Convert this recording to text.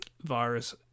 virus